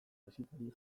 bisitari